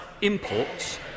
imports